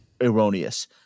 erroneous